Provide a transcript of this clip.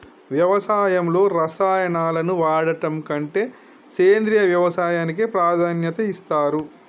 వ్యవసాయంలో రసాయనాలను వాడడం కంటే సేంద్రియ వ్యవసాయానికే ప్రాధాన్యత ఇస్తరు